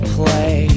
play